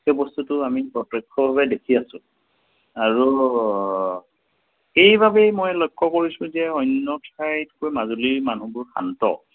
সেই বস্তুটো আমি প্ৰতক্ষভাৱে দেখি আছোঁ আৰু সেইবাবেই মই লক্ষ্য কৰিছোঁ যে অন্য ঠাইতকৈ মাজুলীৰ মানুহবোৰ শান্ত